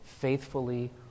faithfully